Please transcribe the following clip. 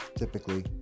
Typically